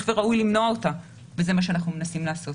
וראוי למנוע אותה וזה מה שאנחנו מנסים לעשות.